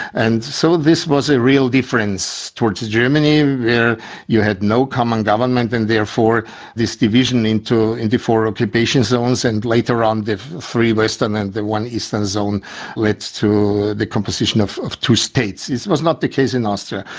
and so this was a real difference towards germany where yeah you had no common government and therefore this division into into four occupation zones and later on the free western and the one eastern zone led to the composition of of two states. this was not the case in austria.